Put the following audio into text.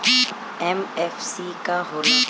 MFC का होला?